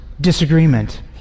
disagreement